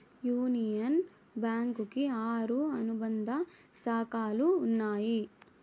union Bank కి ఆరు అనుబంధ శాఖలు ఉన్నాయి